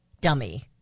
dummy